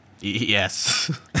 Yes